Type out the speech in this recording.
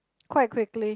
quite quickly